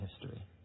history